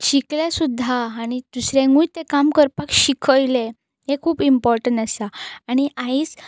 शिकलें सुद्दां आनी दुसऱ्यांकूय तें काम करपाक शिकयलें हें खूब इमपॉर्टंट आसा आनी आयज